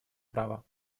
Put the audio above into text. права